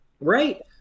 right